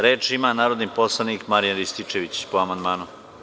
Reč ima narodni poslanik Marijan Rističević, po amandmanu.